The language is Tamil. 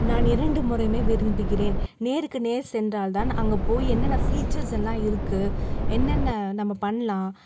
நான் இரண்டு முறையுமே விரும்புகிறேன் நேருக்கு நேர் சென்றால் தான் அங்கே போய் என்னென்ன ஃபீச்சர்ஸ் எல்லாம் இருக்குது என்னென்ன நம்ம பண்ணலாம்